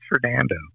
Fernando